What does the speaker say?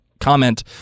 comment